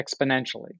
exponentially